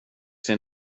sig